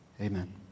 Amen